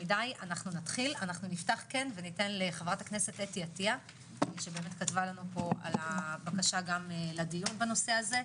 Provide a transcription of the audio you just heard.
נפתח וניתן לחברת הכנסת אתי עטייה שכתבה לנו על הבקשה לדיון בנושא הזה.